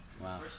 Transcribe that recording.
wow